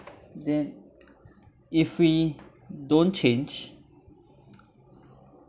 then if we don't change